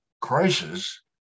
crisis